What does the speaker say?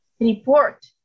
...report